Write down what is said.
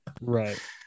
Right